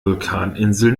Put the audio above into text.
vulkaninsel